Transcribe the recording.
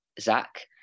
Zach